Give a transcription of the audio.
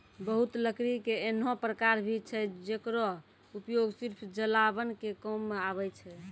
बहुत लकड़ी के ऐन्हों प्रकार भी छै जेकरो उपयोग सिर्फ जलावन के काम मॅ आवै छै